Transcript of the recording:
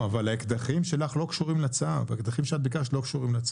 האקדחים שאת ביקשת לא קשורים לצו.